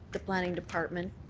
the planning department.